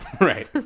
Right